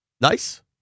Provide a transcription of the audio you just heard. nice